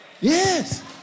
Yes